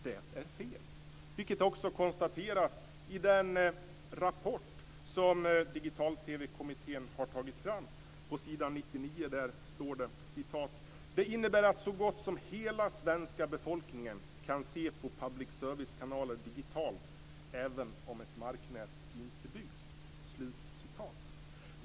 Det är fel, vilket också konstateras i den rapport som Digital-TV-kommittén har tagit fram. Jag läser på s. 99: Det innebär att så gott som hela svenska befolkningen kan se på public service-kanaler digitalt även om ett marknät inte byggs.